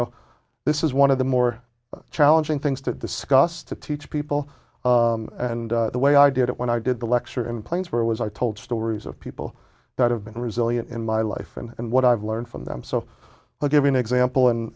know this is one of the more challenging things to discuss to teach people and the way i did it when i did the lecture in plains where was i told stories of people that have been resilient in my life and what i've learned from them so i'll give an example and